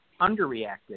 underreacted